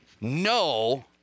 no